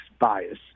bias